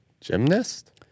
Gymnast